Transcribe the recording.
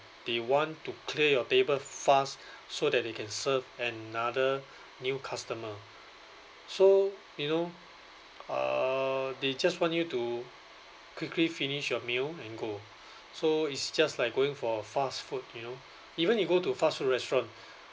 they want to clear your table fast so that they can serve another new customer so you know uh they just want you to quickly finish your meal and go so it's just like going for fast food you know even you go to fast food restaurant